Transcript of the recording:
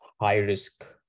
high-risk